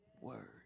word